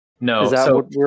No